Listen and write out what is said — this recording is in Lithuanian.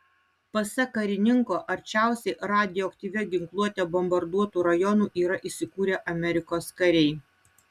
pasak karininko arčiausiai radioaktyvia ginkluote bombarduotų rajonų yra įsikūrę amerikos kariai